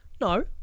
No